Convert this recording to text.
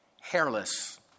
hairless